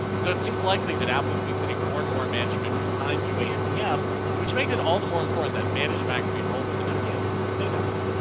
so it seems likely that apple will be putting more and more management behind you mdm which makes it all the more important that managed max being rolled with an mdm and stay that way.